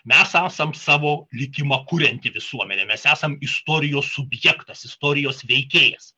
mes esam savo likimą kurianti visuomenė mes esam istorijos subjektas istorijos veikėjas